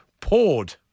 poured